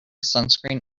sunscreen